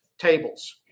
tables